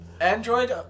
Android